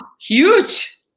Huge